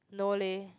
no leh